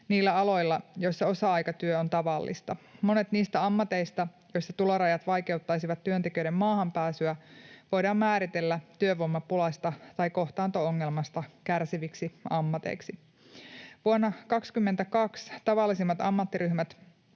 niillä aloilla, joilla osa-aikatyö on tavallista. Monet niistä ammateista, joissa tulorajat vaikeuttaisivat työntekijöiden maahanpääsyä, voidaan määritellä työvoimapulasta tai kohtaanto-ongelmasta kärsiviksi ammateiksi. Vuonna 22 tavallisimmat ammattiryhmät,